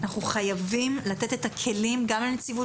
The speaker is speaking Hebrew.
אנחנו חייבים לתת את הכלים גם לנציבות